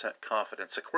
confidence